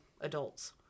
adults